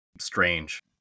strange